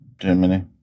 Germany